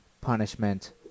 punishment